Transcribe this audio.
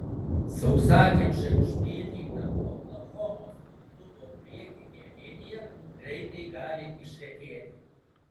sausakimšai užpildyta oklahomos klubo priekinė linija greitai gali išretėti